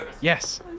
Yes